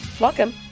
Welcome